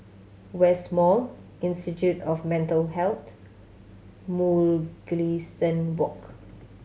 West Mall Institute of Mental Health Mugliston Walk